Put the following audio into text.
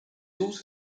also